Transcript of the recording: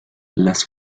las